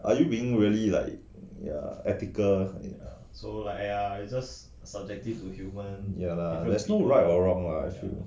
are you being really like ya ethical ya lah there's no right or wrong lah I feel